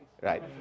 right